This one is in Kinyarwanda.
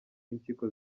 impyiko